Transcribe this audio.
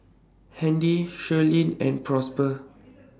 Handy Sherilyn and Prosper